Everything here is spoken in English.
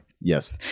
yes